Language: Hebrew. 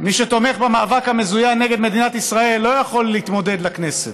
מי שתומך במאבק המזוין נגד מדינת ישראל לא יכול להתמודד לכנסת,